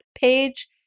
page